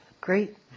great